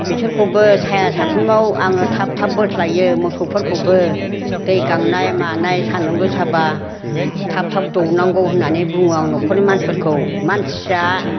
बिसोरखौबो साया सायख्लुमाव आङो थाब थाब बोस्लायो मोसौफोरखौबो दै गांनाय मानाय सानदुं गोसाबा थाब थाब दौनांगौ होननानै बुङो आं न'खरनि मानसिफोरखौ मानसिया